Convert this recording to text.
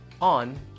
on